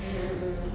mm mm mm